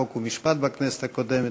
חוק ומשפט בכנסת הקודמת.